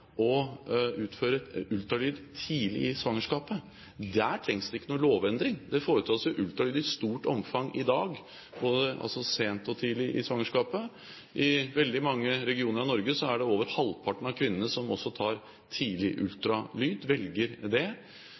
å utføre ultralyd tidlig i svangerskapet. Der trengs det ikke noen lovendring. Det foretas jo ultralyd i stort omfang i dag, både sent og tidlig i svangerskapet. I veldig mange regioner i Norge tar over halvparten av kvinnene tidlig ultralyd, de velger det, og alle over en viss alder får også tilbud om tidlig ultralyd. Det